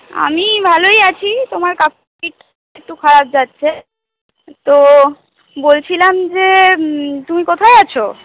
আমি ভালোই আছি তোমার কাকুর শরীরটা একটু খারাপ যাচ্ছে তো বলছিলাম যে তুমি কোথায় আছো